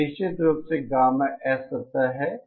यह निश्चित रूप से गामा S सतह है